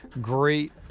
great